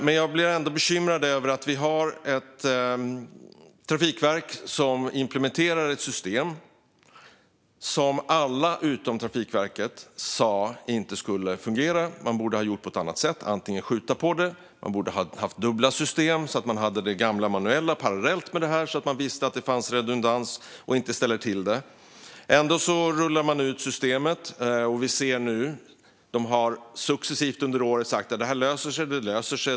Men jag blir ändå bekymrad över att vi har ett trafikverk som implementerar ett system som alla utom Trafikverket sa inte skulle fungera. Man borde ha gjort på ett annat sätt. Man skulle antingen ha skjutit på det eller haft dubbla system så att man hade haft det gamla manuella systemet parallellt med detta så att man visste att det fanns redundans och inte ställde till det. Ändå rullade man ut systemet. Trafikverket har successivt under året sagt att detta ska lösa sig.